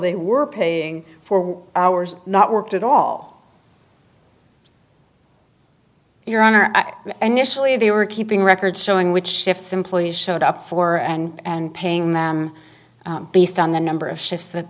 they were paying for hours not worked at all your honor and usually they were keeping records showing which shifts employees showed up for and paying them based on the number of shifts that